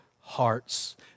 hearts